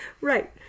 Right